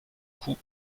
cou